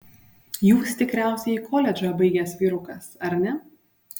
jūs tikriausiai koledžą baigęs vyrukas ar ne